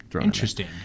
Interesting